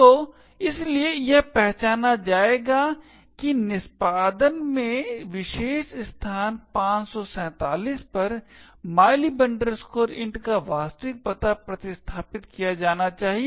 तो इसलिए यह पहचाना जाएगा कि निष्पादन में विशेष स्थान 547 पर mylib int का वास्तविक पता प्रतिस्थापित किया जाना चाहिए